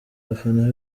abafana